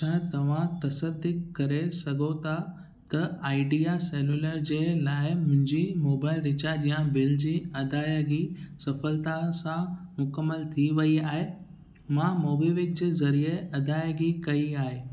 छा तव्हां तसदीक करे सघो था त आइडिया सैल्युलर जे लाइ मुंहिंजी मोबाइल रिचार्ज या बिल जी अदायगी सफलता सां मुक़मल थी वई आहे मां मोबिक्विक जे ज़रिए अदायगी कई आहे